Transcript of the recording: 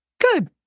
Good